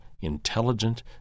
intelligent